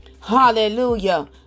Hallelujah